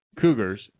Cougars